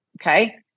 Okay